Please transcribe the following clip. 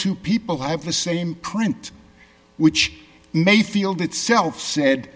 two people have the same print which may feel the itself said